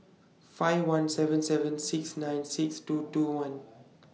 five one seven seven six nine six two two one